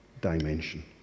dimension